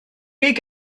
beth